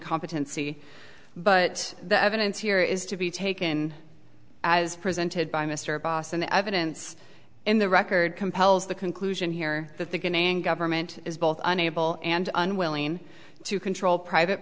competency but the evidence here is to be taken as presented by mr abbas and the evidence in the record compels the conclusion here that the canadian government is both unable and unwilling to control private